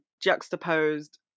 juxtaposed